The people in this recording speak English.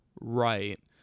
right